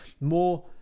more